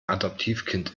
adoptivkind